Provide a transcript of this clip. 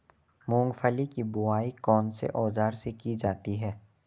मूंगफली की बुआई कौनसे औज़ार से की जाती है?